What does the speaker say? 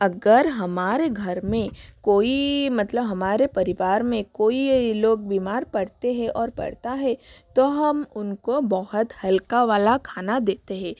अगर हमारे घर में कोई मतलब हमारे परिवार में कोई लोग बीमार पड़ते है और पड़ता है तो हम उनको बहुत हल्का वाला खाना देते है